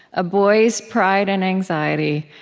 a boy's pride and anxiety,